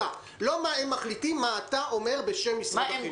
לא מה הם מחליטים אלא מה אתה אומר בשם משרד החינוך?